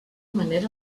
manera